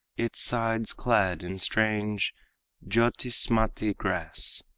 its sides clad in strange jyotismati grass,